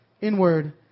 inward